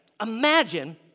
imagine